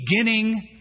beginning